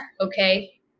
Okay